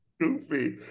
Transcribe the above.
Goofy